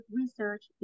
research